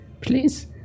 please